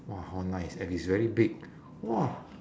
!wah! how nice and is very big !wah!